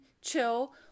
chill